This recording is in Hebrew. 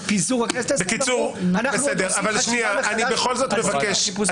אני בכל זאת מבקש,